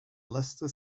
leicester